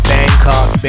Bangkok